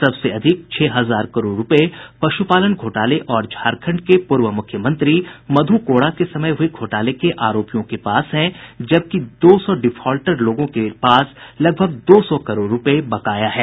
सबसे अधिक छह हजार करोड़ रूपये पश्पालन घोटाले और झारखण्ड के पूर्व मुख्यमंत्री मध् कोड़ा के समय हुये घोटाले के आरोपियों के पास है जबकि दो सौ डिफॉल्टर लोगों के पास लगभग दो सौ करोड़ रूपये बकाया है